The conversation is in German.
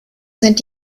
sind